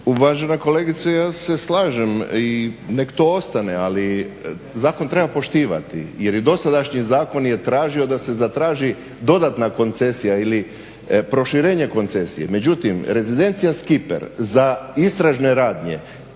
Uvažena kolegice ja se slažem i neka to ostane ali zakon treba poštivati jer i dosadašnji zakon je tražio da se zatraži dodatna koncesija ili proširenje koncesije. Međutim, rezidencija skiper za istražne radnje